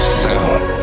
sound